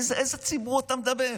על איזה ציבור אתה מדבר,